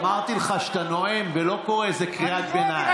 אמרתי לך שאתה נואם ולא קורא איזו קריאת ביניים,